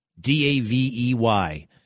D-A-V-E-Y